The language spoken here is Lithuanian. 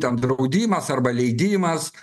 ten draudimas arba leidimas